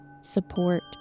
support